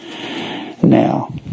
Now